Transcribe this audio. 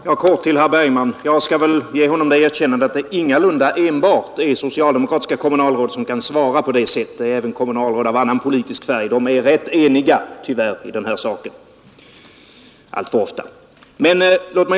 Herr talman! Jag skall ge herr Bergman det erkännandet att det ingalunda enbart är socialdemokratiska kommunalråd som kan svara så som jag nämnde utan även kommunalråd av annan politisk färg — de är rätt eniga i den här frågan.